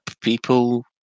people